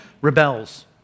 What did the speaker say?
rebels